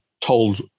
told